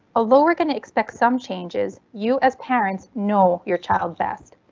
although we're going to expect some changes, you as parents know your child best.